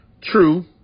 True